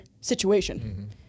situation